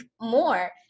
more